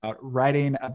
writing